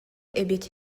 эбит